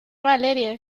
valeria